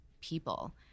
people